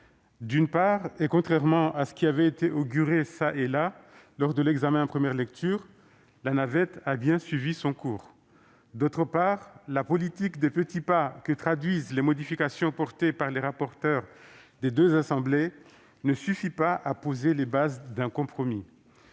D'une part, contrairement à ce qui avait été auguré ici ou là lors de l'examen en première lecture, la navette a bien suivi son cours. D'autre part, la politique des petits pas, que traduisent les modifications portées par les rapporteurs des deux assemblées, ne suffit pas à poser les bases d'un compromis.